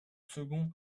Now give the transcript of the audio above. second